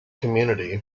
community